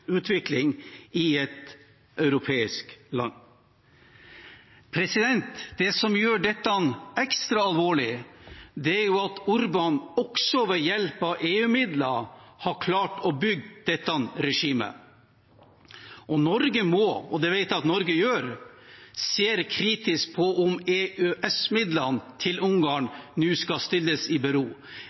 i et europeisk land. Det som gjør dette ekstra alvorlig, er at Orbán også ved hjelp av EU-midler har klart å bygge dette regimet. Norge må – og det vet jeg at Norge gjør – se kritisk på om EØS-midlene til Ungarn nå skal stilles i bero.